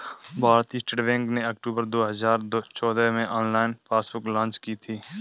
भारतीय state bank ने अक्टूबर दो हजार चौदह में ऑनलाइन पासबुक लॉन्च की थी